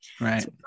Right